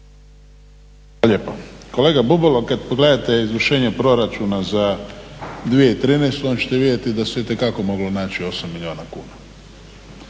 lijepo. Kolega Bubalo kad pogledate izvršenje Proračuna za 2013. onda ćete vidjeti da se itekako moglo naći 8 milijuna kuna